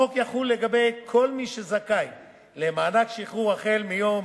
החוק יחול על כל מי שזכאי למענק שחרור החל מיום